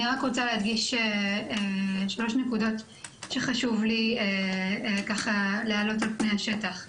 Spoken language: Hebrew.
אני רק רוצה להדגיש שלוש נקודות שחשוב לי להעלות על פני השטח.